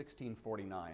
1649